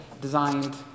designed